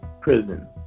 prison